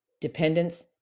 dependence